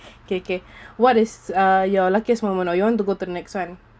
okay okay what is uh your luckiest moment or you want to go to the next [one]